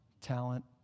talent